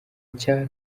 cya